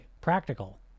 practical